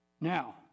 Now